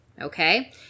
Okay